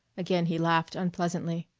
again he laughed unpleasantly.